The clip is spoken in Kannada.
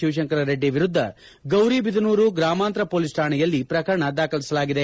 ಶಿವಶಂಕರ ರೆಡ್ಡಿ ವಿರುದ್ದ ಗೌರಿಬಿದನೂರು ಗ್ರಾಮಾಂತರ ಪೊಲೀಸ್ ಠಾಣೆಯಲ್ಲಿ ಪ್ರಕರಣ ದಾಖಲಿಸಲಾಗಿದೆ